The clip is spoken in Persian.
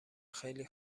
خیلی